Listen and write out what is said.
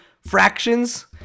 fractions